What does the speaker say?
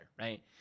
right